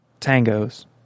tangos